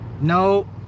No